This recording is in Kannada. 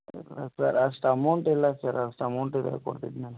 ಇಲ್ಲ ಸರ್ ಅಷ್ಟು ಅಮೌಂಟ್ ಇಲ್ಲ ಸರ್ ಅಷ್ಟು ಅಮೌಂಟ್ ಇದ್ದರೆ ಕೊಡ್ತಿದ್ನ